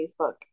Facebook